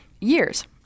years